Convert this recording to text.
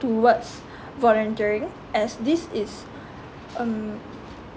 towards volunteering as this is um